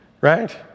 Right